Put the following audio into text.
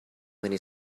many